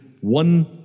one